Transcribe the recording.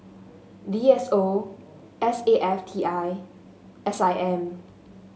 D S O S A F T I S I M